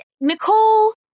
Nicole